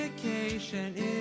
vacation